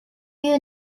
you